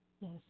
Yes